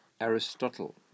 Aristotle